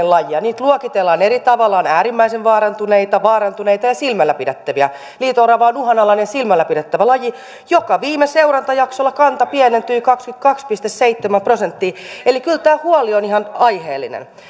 lajia niitä luokitellaan eri tavalla on äärimmäisen vaarantuneita vaarantuneita ja silmällä pidettäviä liito orava on uhanalainen silmällä pidettävä laji jonka kanta viime seurantajaksolla pienentyi kaksikymmentäkaksi pilkku seitsemän prosenttia eli kyllä tämä huoli on ihan aiheellinen